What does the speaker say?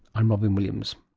i'm robyn williams